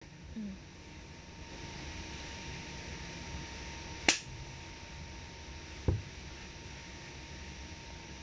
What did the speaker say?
mm